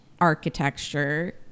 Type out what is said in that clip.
architecture